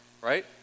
right